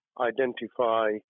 identify